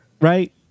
Right